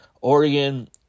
Oregon